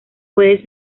puedes